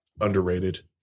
underrated